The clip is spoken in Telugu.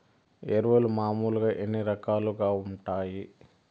ఎరువులు మామూలుగా ఎన్ని రకాలుగా వుంటాయి?